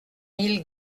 mille